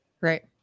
right